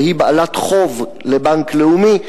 והיא בעלת חוב לבנק לאומי,